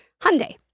Hyundai